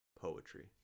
poetry